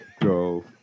go